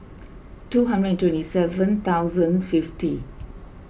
two hundred and twenty seven thousand fifty